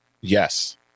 Yes